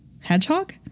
hedgehog